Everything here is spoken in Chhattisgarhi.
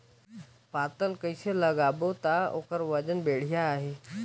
पातल कइसे लगाबो ता ओहार वजन बेडिया आही?